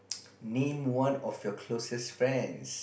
name one of your closest friends